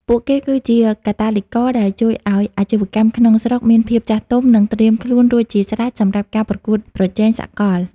ពួកគេគឺជា "កាតាលីករ" ដែលជួយឱ្យអាជីវកម្មក្នុងស្រុកមានភាពចាស់ទុំ និងត្រៀមខ្លួនរួចជាស្រេចសម្រាប់ការប្រកួតប្រជែងសកល។